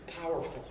powerful